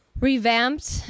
revamped